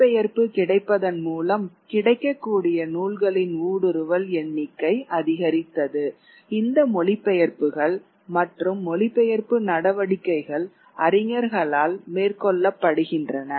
மொழிபெயர்ப்பு கிடைப்பதன் மூலம் கிடைக்கக்கூடிய நூல்களின் ஊடுருவல் எண்ணிக்கை அதிகரித்தது இந்த மொழிபெயர்ப்புகள் மற்றும் மொழிபெயர்ப்பு நடவடிக்கைகள் அறிஞர்களால் மேற்கொள்ளப்படுகின்றன